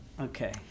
Okay